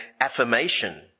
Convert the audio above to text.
affirmation